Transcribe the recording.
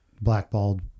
blackballed